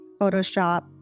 Photoshop